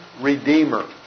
redeemer